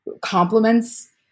compliments